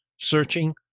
searching